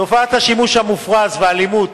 תופעת השימוש המופרז באלכוהול והאלימות